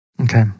Okay